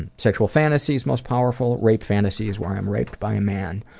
and sexual fantasies most powerful, rape fantasies where i'm raped by a man.